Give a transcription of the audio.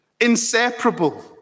inseparable